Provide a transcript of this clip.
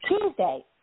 Tuesday